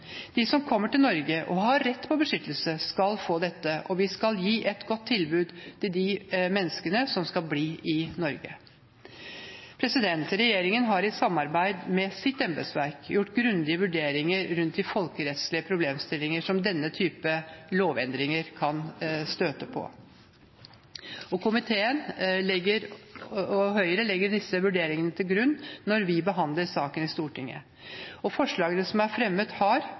De som kommer til Norge og har rett på beskyttelse, skal få dette, og vi skal gi et godt tilbud til de menneskene som skal bli i Norge. Regjeringen har i samarbeid med sitt embetsverk gjort grundige vurderinger rundt de folkerettslige problemstillingene som denne typen lovendringer kan støte på. Høyre legger disse vurderingene til grunn når vi behandler saken i Stortinget. Forslagene som er fremmet, har